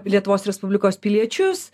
lietuvos respublikos piliečius